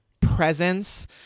presence